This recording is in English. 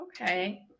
Okay